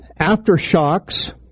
aftershocks